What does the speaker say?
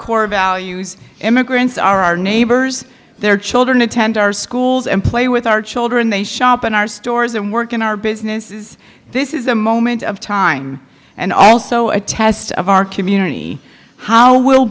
core values immigrants are our neighbors their children attend our schools and play with our children they shop in our stores and work in our business is this is a moment of time and also a test of our community how will